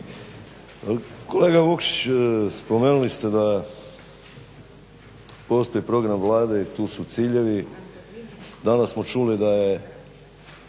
Kolega Vukšić, spomenuli ste da postoji program Vlade i tu su ciljevi. Danas smo čuli da je,